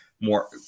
more